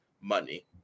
money